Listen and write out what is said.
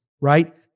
right